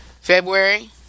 february